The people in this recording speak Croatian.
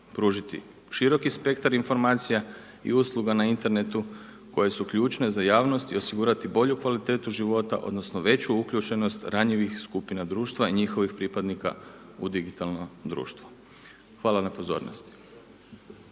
pružiti široki spektar informacija i usluga na internetu koje su ključne za javnost i osigurati bolju kvalitetu života odnosno veću uključenost ranjivih skupina društva i njihovih pripadnika u digitalno društvo. Hvala na pozornosti.